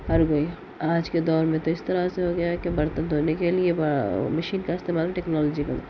ہر کوئی آج کے دور میں تو اس طرح سے ہو گیا ہے کہ برتن دھونے کے لئے مشین کا استعمال ٹیکنالوجی کے ذریعہ